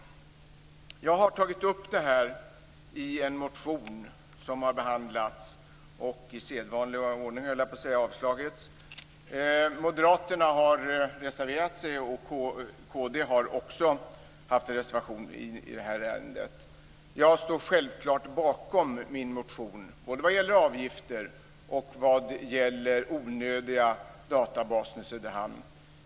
Jag har tagit upp det här i en motion som har behandlats och - jag höll på att säga i sedvanlig ordning - avstyrkts. Moderaterna har reserverat sig, och även kristdemokraterna har en reservation i ärendet. Jag står självklart bakom min motion, både vad gäller avgifter och vad gäller den onödiga databasen i Söderhamn.